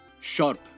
sharp